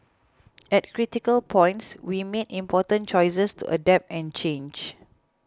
at critical points we made important choices to adapt and change